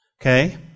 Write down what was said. Okay